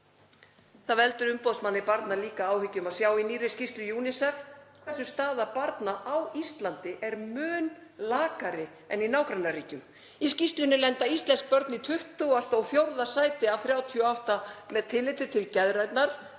Það veldur umboðsmanni barna líka áhyggjum að sjá í nýrri skýrslu UNICEF hversu staða barna á Íslandi er mun lakari en í nágrannaríkjum. Í skýrslunni lenda íslensk börn í 24. sæti af 38 með tilliti til geðrænnar